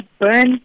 burn